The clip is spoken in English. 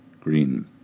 Green